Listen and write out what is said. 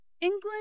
England